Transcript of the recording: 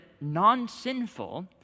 non-sinful